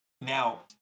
Now